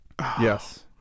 Yes